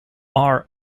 are